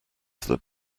that